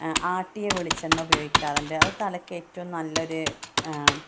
ആട്ടിയ വെളിച്ചെണ്ണ ഉപയോഗിക്കാറുണ്ട് അത് തലയ്ക്കേറ്റവും നല്ലൊരു